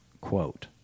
quote